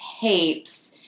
tapes